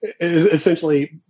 essentially